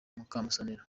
mukamusonera